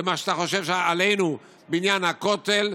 במה שאתה חושב עלינו בעניין הכותל,